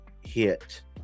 hit